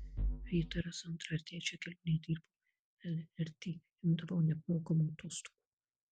vytaras antrą ir trečią kelionę dirbau lrt imdavau neapmokamų atostogų